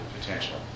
potential